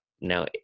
now